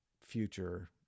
future